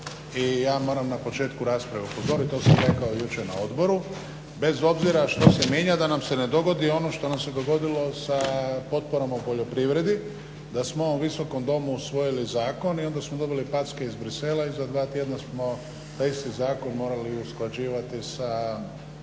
I ja moram na početku rasprave upozoriti to sam rekao jučer na odboru, bez obzira što se mijenja da nam se ne dogodi ono što nam se dogodili sa potporom o poljoprivredi da smo u ovom Visokom domu usvojili zakon i onda smo dobili packe iz Bruxellesa i za 2 tjedna smo taj isti zakon morali usklađivati sa